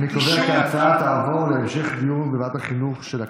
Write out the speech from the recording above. אני קובע כי ההצעה תעבור להמשך דיון בוועדת החינוך של הכנסת.